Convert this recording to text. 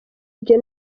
ibyo